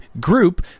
group